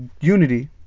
unity